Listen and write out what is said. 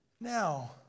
now